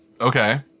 Okay